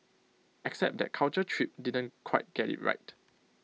except that Culture Trip didn't quite get IT right